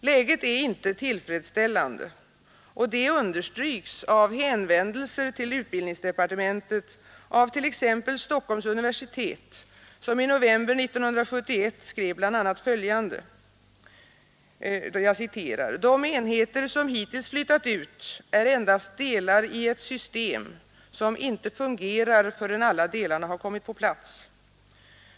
Läget är inte tillfredsställande, och det understryks av hänvändelser till utbildningsdepartementet från t.ex. Stockholms universitet, som i november 1971 skrev bl.a. följande: ”De enheter som hittills flyttat ut är endast delar i ett system som inte fungerar förrän alla delarna har kommit på plats.